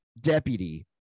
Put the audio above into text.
deputy